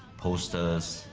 posters,